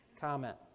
comment